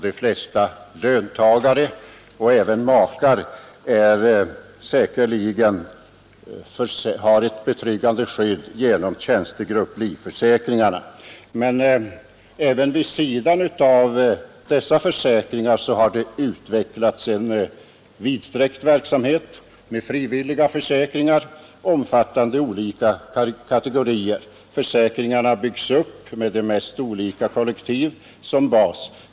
De flesta löntagare och även makar har ett betryggande skydd genom tjänstegrupplivförsäkringarna. Men även vid sidan av dessa försäkringar har det utvecklats en vidsträckt verksamhet med frivilliga försäkringar, omfattande olika kategorier. Försäkringarna byggs upp med de mest olika kollektiv som bas.